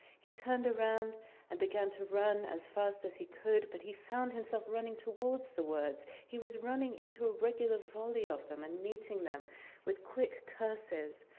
he turned around and began to run as fast as he could, but he found himself running towards the words. he was running into a regular volley of them and meeting them with quick curses.